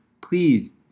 Please